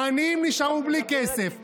העניים נשארו בלי כסף.